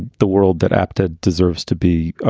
the world that apta deserves to be,